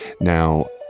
Now